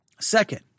Second